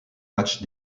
match